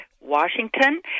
Washington